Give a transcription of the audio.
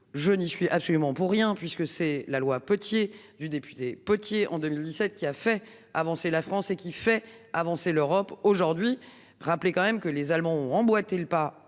je n'y suis absolument pour rien puisque c'est la loi. Du député Potier en 2017 qui a fait avancer la France et qui fait avancer l'Europe aujourd'hui rappeler quand même que les Allemands ont emboîté le pas